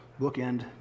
bookend